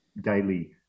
daily